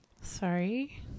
Sorry